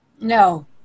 No